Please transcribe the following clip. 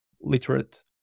literate